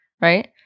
right